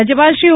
રાજ્યપાલ શ્રી ઓ